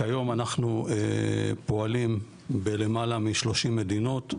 כיום אנחנו פועלים בלמעלה מ-30 מדינות,